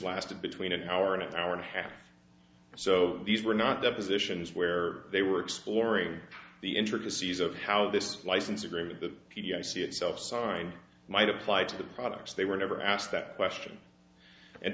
lasted between an hour an hour and a half so these were not depositions where they were exploring the intricacies of how this license agreement the p d i see itself sign might apply to the products they were never asked that question and